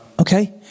Okay